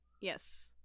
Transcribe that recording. yes